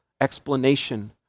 explanation